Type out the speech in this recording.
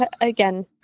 again